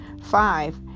Five